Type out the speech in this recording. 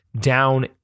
down